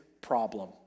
problem